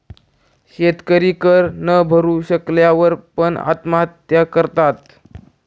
शेतकरी कर न भरू शकल्या वर पण, आत्महत्या करतात